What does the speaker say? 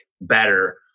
better